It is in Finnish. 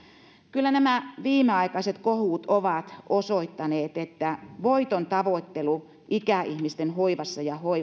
kyllä nämä viimeaikaiset kohut ovat osoittaneet että voitontavoittelu ikäihmisten hoivassa ja